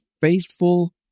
faithful